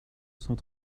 cent